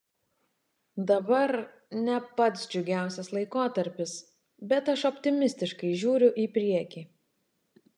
dabar ne pats džiugiausias laikotarpis bet aš optimistiškai žiūriu į priekį